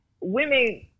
women